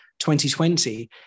2020